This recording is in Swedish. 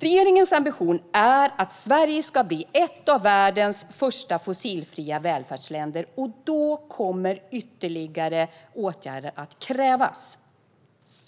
Regeringens ambition är att Sverige ska bli ett av världens första fossilfria välfärdsländer, och då kommer ytterligare åtgärder att krävas.